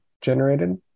generated